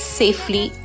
safely